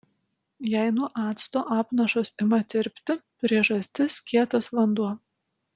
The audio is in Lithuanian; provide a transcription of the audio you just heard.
jei nuo acto apnašos ima tirpti priežastis kietas vanduo